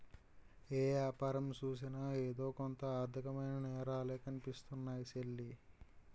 ఏ యాపారం సూసినా ఎదో కొంత ఆర్దికమైన నేరాలే కనిపిస్తున్నాయ్ సెల్లీ